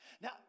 Now